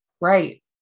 Right